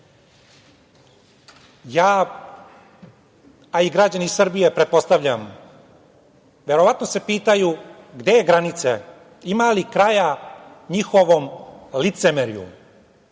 Ja, a i građani Srbije, pretpostavljam, verovatno se pitaju gde je granica, ima li kraja njihovom licemerju. Primera